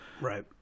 right